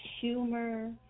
humor